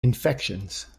infections